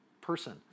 person